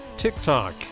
TikTok